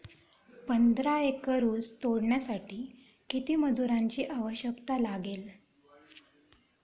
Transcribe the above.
पंधरा एकर ऊस तोडण्यासाठी किती मजुरांची आवश्यकता लागेल?